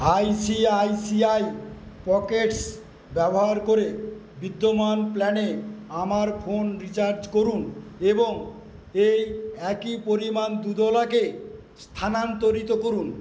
I C I C I pockets ব্যবহার করে বিদ্যমান প্ল্যানে আমার ফোন রিচার্জ করুন এবং এই একই পরিমাণ দুধওয়ালা কে স্থানান্তরিত করুন